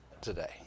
today